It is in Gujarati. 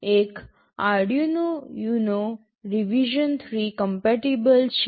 એક Arduino UNO Revision 3 કમ્પેટીબલ છે